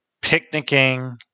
picnicking